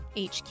hq